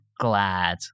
glad